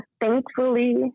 thankfully